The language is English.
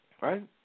Right